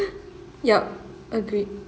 yup agreed